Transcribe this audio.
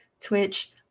Twitch